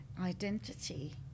identity